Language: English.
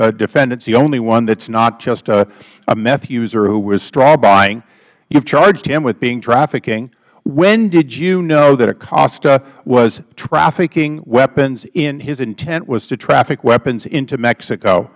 twenty defendants the only one that is not just a meth user who was straw buying you have charged him with being trafficking when did you know that acosta was trafficking weapons his intent was to traffic weapons into mexico